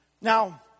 Now